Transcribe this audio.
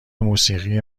موسیقی